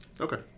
Okay